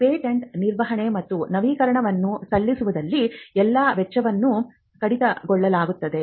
patent ನಿರ್ವಹಣೆ ಮತ್ತು ನವೀಕರಣವನ್ನು ಸಲ್ಲಿಸುವಲ್ಲಿನ ಎಲ್ಲಾ ವೆಚ್ಚಗಳನ್ನು ಕಡಿತಗೊಳಿಸಲಾಗುತ್ತದೆ